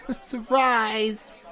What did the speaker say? Surprise